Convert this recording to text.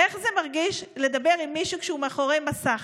איך זה מרגיש לדבר עם מישהו כשהוא מאחורי מסך?